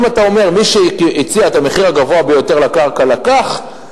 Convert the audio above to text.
אם אתה אומר: מי שהציע את המחיר הגבוה ביותר לקרקע לקח,